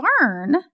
learn